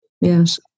Yes